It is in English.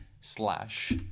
slash